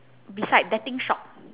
beside betting shop